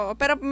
pero